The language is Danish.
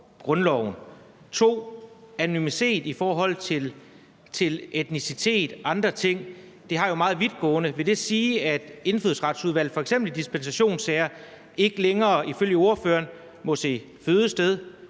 at anonymitet i forhold til etnicitet og andre ting jo har meget vidtgående følger. Vil det sige, at Indfødsretsudvalget f.eks. i dispensationssager ikke længere ifølge ordføreren må se fødested